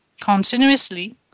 continuously